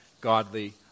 godly